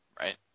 Right